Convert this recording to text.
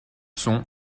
son